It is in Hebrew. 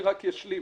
אני רק אשלים,